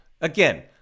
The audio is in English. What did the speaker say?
Again